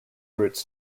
routes